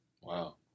Wow